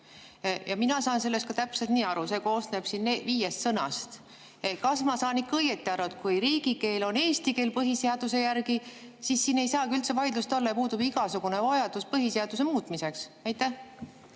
Mina saan sellest ka täpselt nii aru, see koosneb viiest sõnast. Kas ma saan ikka õieti aru, et kui riigikeel on eesti keel põhiseaduse järgi, siis siin ei saagi üldse vaidlust olla ja puudub igasugune vajadus põhiseadust muuta? Jah, aitäh!